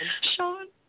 Sean